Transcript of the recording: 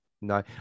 no